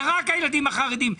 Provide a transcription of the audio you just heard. זה רק הילדים החרדים.